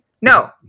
No